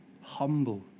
Humble